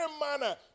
manner